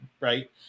right